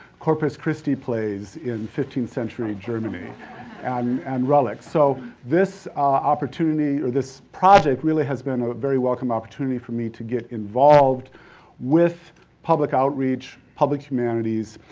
corpus christi plays in fifteenth century germany um and relics. so, this opportunity or this project really has been a very welcomed opportunity for me to get involved with public outreach, outreach, public humanities.